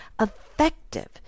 effective